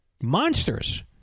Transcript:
monsters